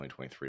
2023